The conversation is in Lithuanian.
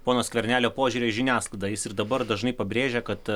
pono skvernelio požiūrio į žiniasklaidą jis ir dabar dažnai pabrėžia kad